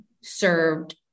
served